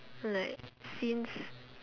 like since